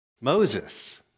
Moses